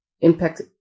impact